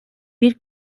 bir